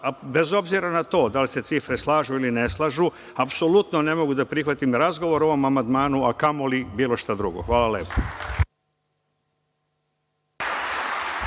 bez obzira na to da li se cifre slažu ili ne slažu, apsolutno ne mogu da prihvatim razgovor o ovom amandmanu, a kamo li bilo šta drugo. Hvala lepo.